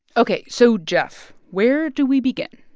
ok. so, geoff, where do we begin?